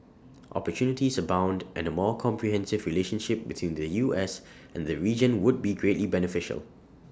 opportunities abound and more comprehensive relationship between the U S and the region would be greatly beneficial